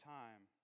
time